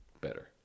better